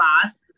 class